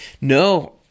No